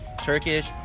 Turkish